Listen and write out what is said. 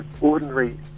ordinary